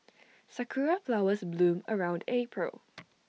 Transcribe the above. Sakura Flowers bloom around April